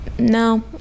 no